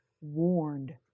warned